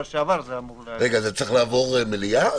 שעבר זה אמור --- זה צריך לעבור אישור במליאה?